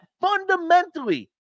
fundamentally